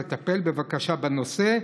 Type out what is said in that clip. לטפל בבקשה בנושא.